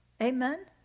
Amen